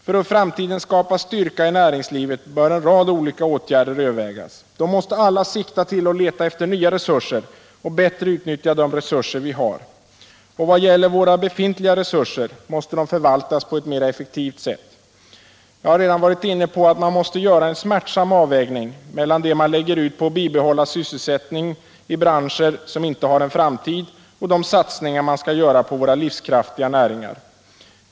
För att i framtiden skapa styrka i näringslivet bör en rad olika åtgärder övervägas. De måste alla sikta till att leta efter nya resurser och bättre utnyttja de resurser vi har. Våra befintliga resurser måste förvaltas på ett mera effektivt sätt. Jag har redan varit inne på att man måste göra en smärtsam avvägning mellan det man lägger ut på att bibehålla sysselsättningen i branscher som inte har en framtid och de satsningar man skall göra på våra livskraftiga näringar.